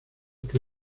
que